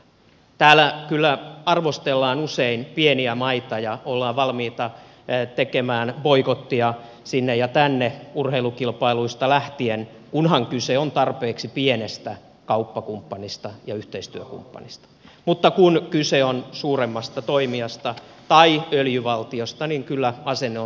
täällä kyllä arvostellaan usein pieniä maita ja ollaan valmiita tekemään boikottia sinne ja tänne urheilukilpailuista lähtien kunhan kyse on tarpeeksi pienestä kauppakumppanista ja yhteistyökumppanista mutta kun kyse on suuremmasta toimijasta tai öljyvaltiosta kyllä asenne on täysin toisenlaista